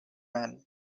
man